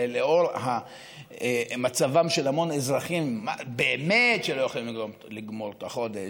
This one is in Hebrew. שלנוכח מצבם של המון אזרחים שבאמת לא יכולים לגמור את החודש,